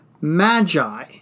Magi